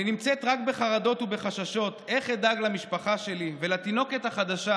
אני נמצאת רק בחרדות ובחששות איך אדאג למשפחה שלי ולתינוקת החדשה